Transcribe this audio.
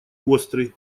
острый